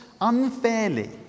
unfairly